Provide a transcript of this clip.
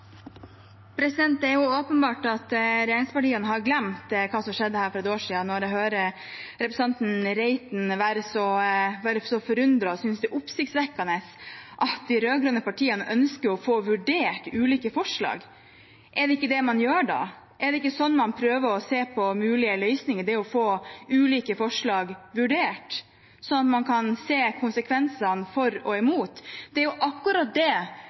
og synes det er oppsiktsvekkende at de rød-grønne partiene ønsker å få vurdert ulike forslag. Er det ikke det man gjør, da? Er det ikke sånn man prøver å se på mulige løsninger, ved å få ulike forslag vurdert, sånn at man kan se konsekvensene for og imot? Det er jo akkurat det